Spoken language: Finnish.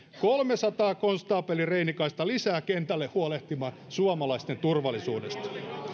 kolmesataa konstaapeli reinikaista lisää kentälle huolehtimaan suomalaisten turvallisuudesta